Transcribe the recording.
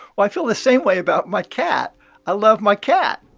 well, i feel the same way about my cat i love my cat,